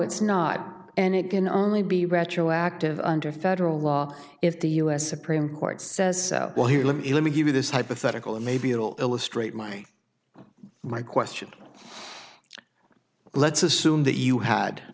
it's not and it can only be retroactive under federal law if the u s supreme court says well here let me let me give you this hypothetical and maybe it'll illustrate my my question let's assume that you had